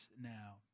now